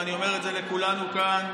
ואני אומר את זה לכולנו כאן,